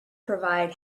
provide